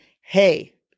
hey